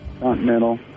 continental